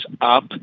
up